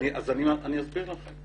אני אסביר לך.